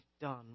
done